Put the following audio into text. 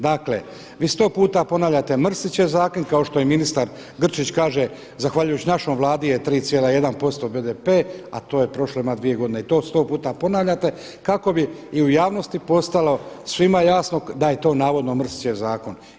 Dakle, vi sto puta ponavljate Mrsićev zakon kao što i ministar Grčić kaže zahvaljujući našoj vladi je 3,1% BDP, a to je prošlo ima dvije godine i to sto puta ponavljate kako bi i u javnosti postalo svima jasno da je to navodno Mrsićev zakon.